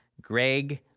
Greg